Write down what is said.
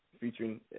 featuring